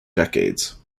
decades